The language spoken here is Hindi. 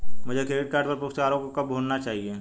मुझे क्रेडिट कार्ड पर पुरस्कारों को कब भुनाना चाहिए?